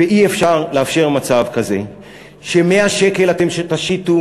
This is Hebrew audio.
אי-אפשר לאפשר מצב כזה ש-100 שקל תשיתו